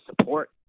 support